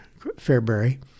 fairbury